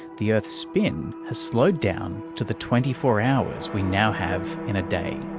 the earth's spin has slowed down to the twenty four hours we now have in a day.